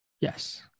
Yes